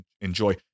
enjoy